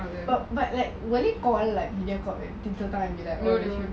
no no